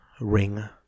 ring